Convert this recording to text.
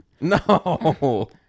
No